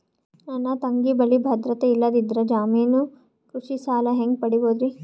ನನ್ನ ತಂಗಿ ಬಲ್ಲಿ ಭದ್ರತೆ ಇಲ್ಲದಿದ್ದರ, ಜಾಮೀನು ಕೃಷಿ ಸಾಲ ಹೆಂಗ ಪಡಿಬೋದರಿ?